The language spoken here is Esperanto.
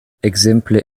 ekzemple